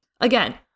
again